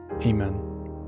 Amen